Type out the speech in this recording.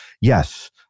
yes